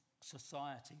Society